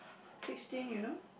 sixteen you know